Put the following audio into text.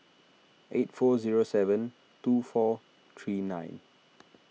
eight four zero seven two four three nine